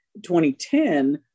2010